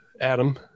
Adam